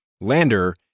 lander